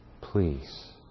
Please